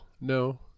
no